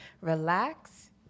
Relax